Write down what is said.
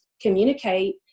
communicate